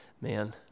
man